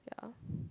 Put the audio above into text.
yeah